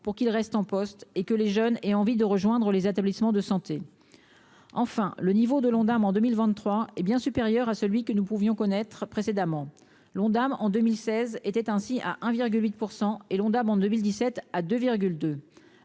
pour qu'il reste en poste et que les jeunes et envie de rejoindre les établissements de santé, enfin le niveau de l'Ondam, en 2023 hé bien supérieur à celui que nous pouvions connaître précédemment l'Ondam, en 2016 étaient ainsi à 1 virgule 8 % et l'Ondam, en 2017 à 2